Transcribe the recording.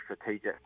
strategic